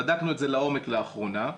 בדקנו את זה לעומק לאחרונה,